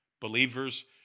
Believers